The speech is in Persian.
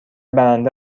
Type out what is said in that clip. برنده